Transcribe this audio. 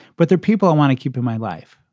but there are people i want to keep in my life,